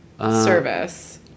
service